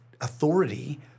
authority